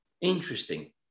interesting